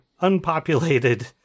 unpopulated